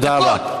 תודה רבה.